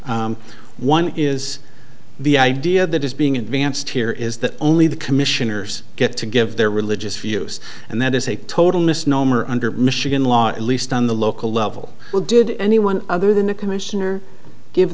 one is the idea that is being advanced here is that only the commissioners get to give their religious views and that is a total misnomer under michigan law at least on the local level well did anyone other than the commissioner give